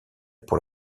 pour